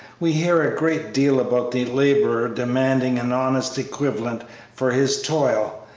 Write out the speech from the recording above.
we hear a great deal about the laborer demanding an honest equivalent for his toil,